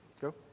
Go